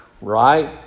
right